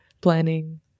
planning